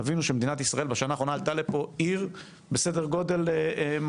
תבינו שבשנה האחרונה עלתה למדינת ישראל עיר בסדר-גודל משמעותית.